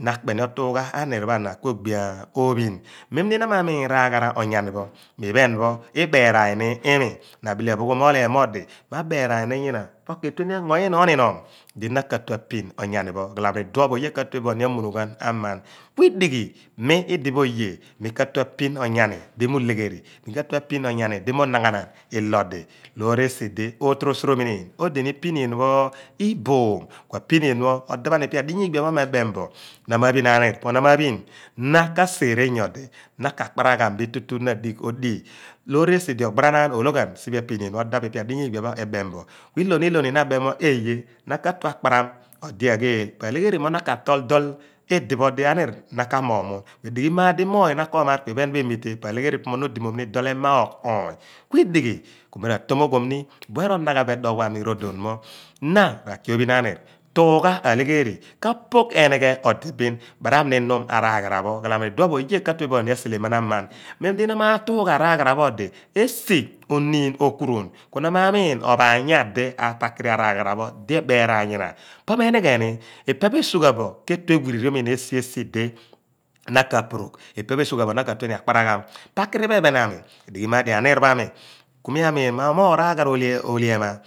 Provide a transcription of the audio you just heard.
Na akpeni otuugha aniir pho ana kuogbi oophin mem di nama miin r'aa ghara onyani pho mo iphen pho ibeeraan ni imi a phoo ghoom olem mo odi munu mu ebeerani ni yina iphen pho ketueni engo nyina oni norm di na katue a pin onyani pho khala mo iduom pho oye ka tue bo a muunughan aman kuidighi mi idi pho oye mi kaatue a pin onyani di mi ulegheeri mi ka atue a phin onyani di munaghaanaan nyodi loor esidi otorosoromineen odi ni ohinean pho i boom kua pineapho adaphan ipe adiyah igbia pho me meem bo nama phin aniir po nama phin a niir na ka seere nyo odi na kaparagha bin tutu na digh odih loor esi di ooghara naan ologhan siphe aphinieen pho odaphan ipe adiyah ligbiapho egbee bo kuiloni iloni na abem mo eiyeh mo odi agheeli po alegheri mo naka tool dool di aniir na ka moogh muun edighi maar di moony na koomaar kuiphen pho emiten po a legheri mo na o di moom ni dool emooghoony kuidighi ku mi ratomoghiam ni buen ronaghan bo eduogh pho ami rodon pho. Na r'akhi ophin aniir tuugha alegheeri ka poogh enighe odi bin baaraamni enuum araaghara pho odi khalamo iduom oye katue bo ni aseleman aman meen di na maa tuugha rahara pho odi esi oniin okuruon ku nama miin ophaanyah di a pakniri araghara pho di ebeeraan nyna pho me nighe ni ipepho esughabo ketue